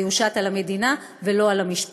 זה יושת על המדינה ולא על המשפחה.